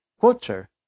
culture